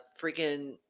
freaking